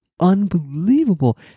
unbelievable